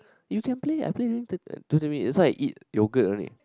you can Play I play within thirty twenty minutes that's why I eat yogurt only